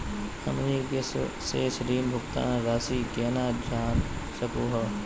हमनी के शेष ऋण भुगतान रासी केना जान सकू हो?